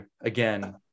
again